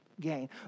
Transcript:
gain